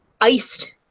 iced